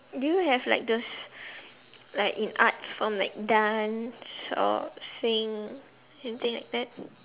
do you have like those like in arts from like dance or singing anything like that